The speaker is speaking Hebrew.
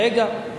רגע.